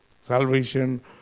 salvation